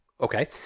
Okay